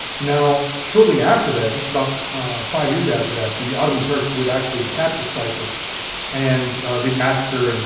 now, shortly after that, just about five years after that, the ottoman turks would actually capture cyprus and they'd massacre and